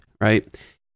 right